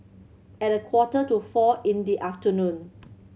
at a quarter to four in the afternoon